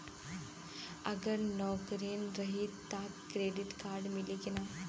अगर नौकरीन रही त क्रेडिट कार्ड मिली कि ना?